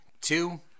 two